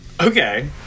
Okay